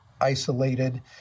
isolated